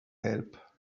help